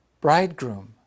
bridegroom